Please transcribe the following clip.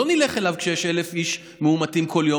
לא נלך אליו כשיש 1,000 איש מאומתים כל יום.